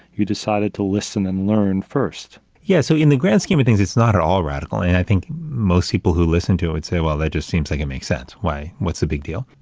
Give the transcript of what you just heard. you decided to listen and learn first. yeah. so, in the grand scheme of things, it's not at all radical. and i think most people who listen to it say, well, that just seems like it makes sense why, what's big deal?